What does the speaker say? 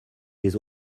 les